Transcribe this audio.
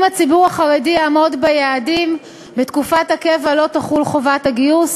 אם הציבור החרדי יעמוד ביעדים בתקופת הקבע לא תחול חובת הגיוס.